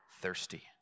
thirsty